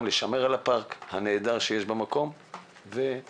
גם לשמר את הפארק הנהדר שיש במקום וגם